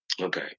Okay